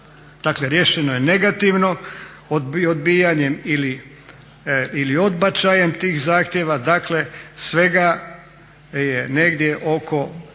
riješeno je negativno odbijanjem ili odbačajem tih zahtjeva. Dakle svega je negdje oko